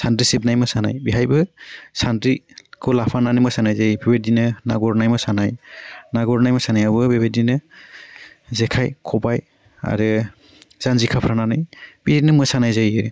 सान्द्रि सिबनाय मोसानाय बिहायबो सान्द्रिखौ लाफानानै मोसानाय जायो बेफोरबायदिनो ना गुरनाय मोसानाय ना गुरनाय मोसानायावबो बेबायदिनो जेखाइ खबाइ आरो जान्जि खाफ्रानानै बेबादिनो मोसानाय जायो